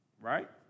right